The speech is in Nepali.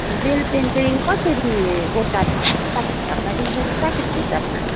जेल पेन चाहिँ कसरी गोटा छ हौ गोटाको हिसाबमा दिन्छ कि प्याकेटको हिसाबमा